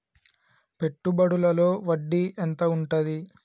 పెట్టుబడుల లో వడ్డీ ఎంత ఉంటది?